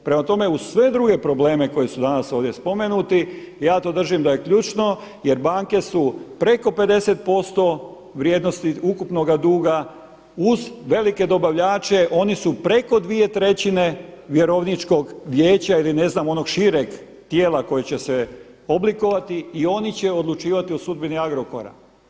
Prema tome, uz sve druge probleme koji su danas ovdje spomenuti, ja to držim da je ključno jer banke su preko 50% vrijednosti ukupnoga duga uz velike dobavljače oni su preko 2/3 Vjerovničkog vijeća ili ne znam onog šireg tijela koje će se oblikovati i oni će odlučivati o sudbini Agrokora.